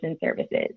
services